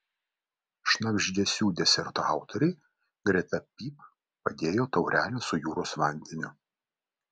šnabždesių deserto autoriai greta pyp padėjo taurelę su jūros vandeniu